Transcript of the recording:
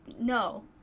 no